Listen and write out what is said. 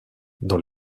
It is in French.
dans